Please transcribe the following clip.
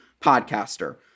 podcaster